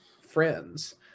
friends